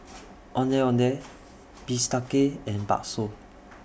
Ondeh Ondeh Bistake and Bakso